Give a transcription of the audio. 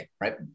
right